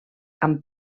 amb